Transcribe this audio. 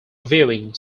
viewing